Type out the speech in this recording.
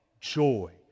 joy